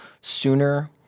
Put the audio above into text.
sooner